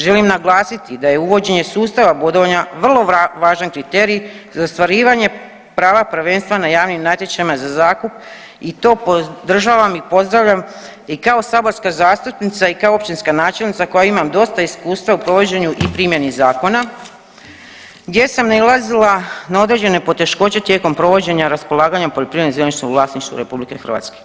Želim naglasiti da je uvođenje sustava bodovanja vrlo važan kriterij za ostvarivanje prava prvenstva na javnim natječajima za zakup i to podržavam i pozdravljam i kao saborska zastupnica i kao općinska načelnica koja imam dosta iskustva u provođenju i primjeni zakona gdje sam nailazila na određene poteškoće tijekom provođenja raspolaganja poljoprivrednim zemljištem u vlasništvu RH.